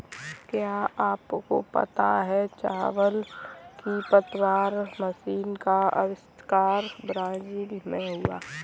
क्या आपको पता है चावल की पतवार मशीन का अविष्कार ब्राज़ील में हुआ